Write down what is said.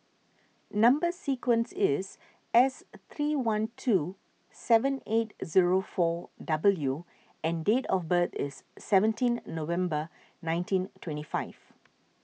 Number Sequence is S three one two seven eight zero four W and date of birth is seventeenth November nineteen twenty five